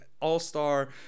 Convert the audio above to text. all-star